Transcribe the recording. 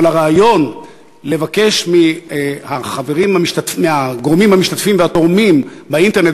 אבל הרעיון לבקש מהגורמים המשתתפים והתורמים באינטרנט,